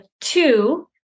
two